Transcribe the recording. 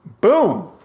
boom